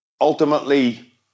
ultimately